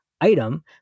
item